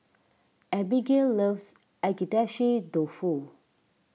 Abbigail loves Agedashi Dofu